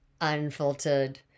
unfiltered